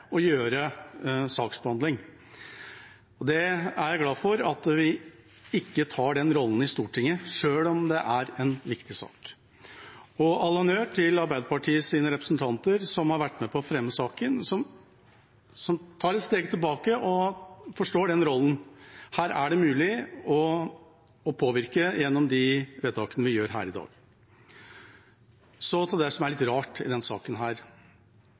er glad for at vi ikke tar den rollen i Stortinget, selv om det er en viktig sak. All honnør til Arbeiderpartiets representanter, som har vært med på å fremme saken, som tar et steg tilbake og forstår den rollen. Her er det mulig å påvirke gjennom de vedtakene vi gjør her i dag. Så til det som er litt rart i denne saken